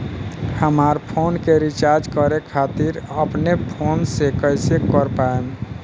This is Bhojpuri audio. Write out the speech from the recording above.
हमार फोन के रीचार्ज करे खातिर अपने फोन से कैसे कर पाएम?